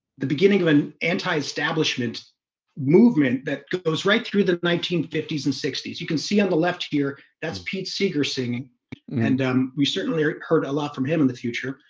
the beginning of an anti-establishment movement that goes right through the nineteen fifty s and sixty s you can see on the left here that's pete seeger singing and um we certainly heard a lot from him in the future.